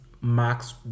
max